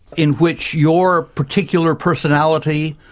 in which your particular personality,